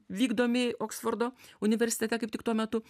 vykdomi oksfordo universitete kaip tik tuo metu